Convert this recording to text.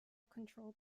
control